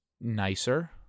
nicer